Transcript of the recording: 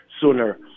sooner